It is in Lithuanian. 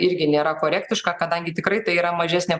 irgi nėra korektiška kadangi tikrai tai yra mažesnė